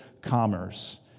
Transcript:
commerce